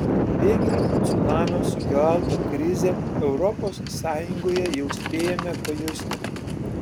pabėgėlių cunamio sukeltą krizę europos sąjungoje jau spėjome pajusti